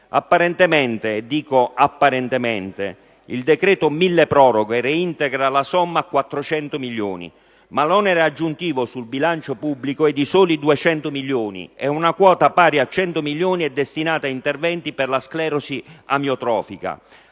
Apparentemente - dico apparentemente - il milleproroghe reintegra la somma a 400 milioni. Ma l'onere aggiuntivo sul bilancio pubblico è di soli 200 milioni, e una quota pari a 100 milioni è destinata a interventi per la sclerosi laterale amiotrofica,